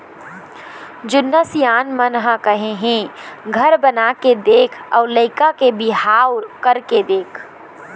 जुन्ना सियान मन ह कहे हे घर बनाके देख अउ लइका के बिहाव करके देख